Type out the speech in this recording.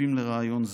השותפים לרעיון זה,